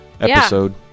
episode